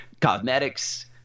cosmetics